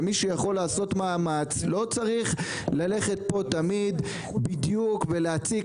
ומי שיכול לעשות מאמץ לא צריך ללכת פה תמיד בדיוק ולהציק.